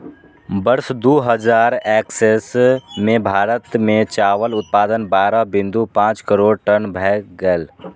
वर्ष दू हजार एक्कैस मे भारत मे चावल उत्पादन बारह बिंदु पांच करोड़ टन भए गेलै